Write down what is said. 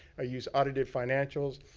i use audited financials.